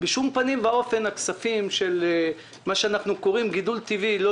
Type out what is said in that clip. בשום פנים ואופן הכספים של גידול טבעי לא